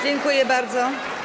Dziękuję bardzo.